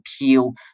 appeal